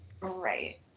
right